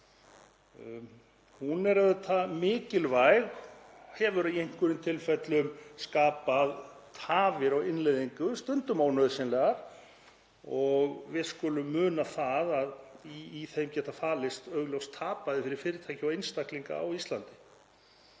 Hún er auðvitað mikilvæg en hefur í einhverjum tilfellum skapað tafir á innleiðingu, stundum ónauðsynlegar, og við skulum muna að í þeim getur falist augljóst tap fyrir fyrirtæki og einstaklinga á Íslandi.